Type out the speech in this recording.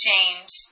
James